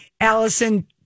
Allison